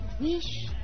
wish